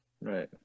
right